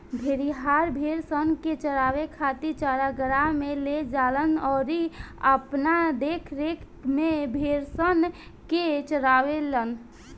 भेड़िहार, भेड़सन के चरावे खातिर चरागाह में ले जालन अउरी अपना देखरेख में भेड़सन के चारावेलन